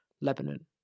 Lebanon